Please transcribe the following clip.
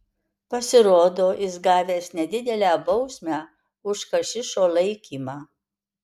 pasirodo jis gavęs nedidelę bausmę už hašišo laikymą